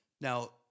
Now